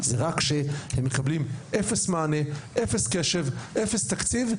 זה רק שהם מקבלים אפס מענה, אפס קשב, אפס תקציב,